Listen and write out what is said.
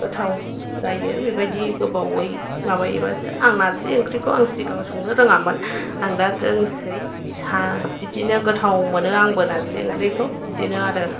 गोथाव जायो बेबादि गोबावयै माबायोबासो आं नारजि ओंख्रिखौ आं सिगाङाव संनो रोङामोन आं दा रोंसै बिदिनो गोथाव मोनो आंबो नारजि ओंख्रिखौ बिदिनो आरो